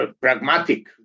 pragmatic